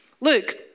Look